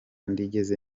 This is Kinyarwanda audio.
nigeze